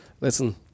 listen